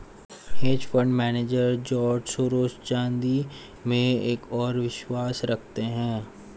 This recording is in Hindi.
hedge fund manager George Soros चांदी में एक और विश्वास रखते हैं